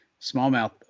smallmouth